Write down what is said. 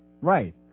Right